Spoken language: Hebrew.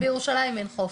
גם בירושלים אין חוף.